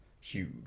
huge